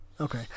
Okay